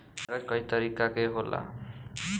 कागज कई तरीका के होला